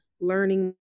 learning